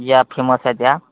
ज्या फेमस आहे त्या